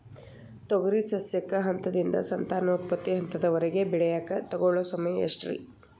ತೊಗರಿ ಸಸ್ಯಕ ಹಂತದಿಂದ, ಸಂತಾನೋತ್ಪತ್ತಿ ಹಂತದವರೆಗ ಬೆಳೆಯಾಕ ತಗೊಳ್ಳೋ ಸಮಯ ಎಷ್ಟರೇ?